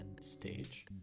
stage